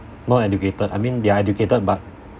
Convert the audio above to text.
not educated I mean they're educated but